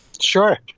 Sure